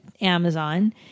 Amazon